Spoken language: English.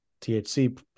thc